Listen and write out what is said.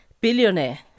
billionaire